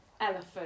elephant